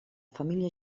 família